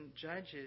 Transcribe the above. Judges